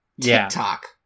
TikTok